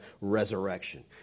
resurrection